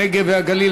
הנגב והגליל,